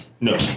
No